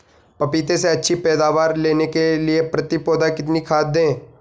पपीते से अच्छी पैदावार लेने के लिए प्रति पौधा कितनी खाद दें?